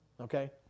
Okay